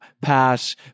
pass